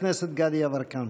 חבר הכנסת גדי יברקן.